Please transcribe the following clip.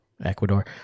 Ecuador